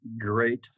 great